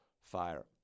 fire